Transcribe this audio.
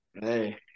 Hey